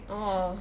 oh